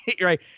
right